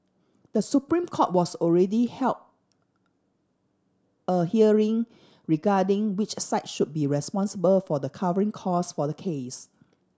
The Supreme Court was already held a hearing regarding which side should be responsible for the covering costs for the case